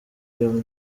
iyo